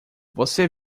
você